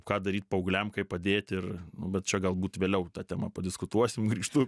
ką daryt paaugliam kaip padėti ir nu bet čia galbūt vėliau ta tema padiskutuosim grįžtu